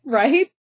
right